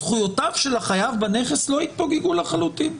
הזכויות של החייב בנכס לא התפוגגו לחלוטין.